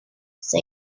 son